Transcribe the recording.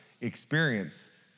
experience